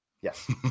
Yes